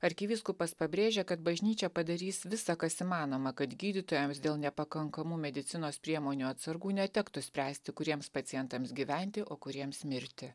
arkivyskupas pabrėžė kad bažnyčia padarys visą kas įmanoma kad gydytojams dėl nepakankamų medicinos priemonių atsargų netektų spręsti kuriems pacientams gyventi o kuriems mirti